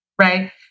right